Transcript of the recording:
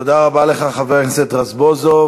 תודה רבה לך, חבר הכנסת רזבוזוב.